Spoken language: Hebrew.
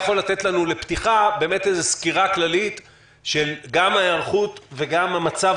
לפתיחה תן לנו סקירה כללית לגבי ההיערכות וגם המצב